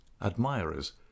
admirers